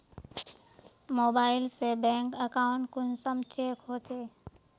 Mobile से bank account कुंसम check होचे?